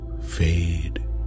fade